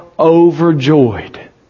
Overjoyed